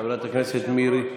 חברת הכנסת מירי רגב.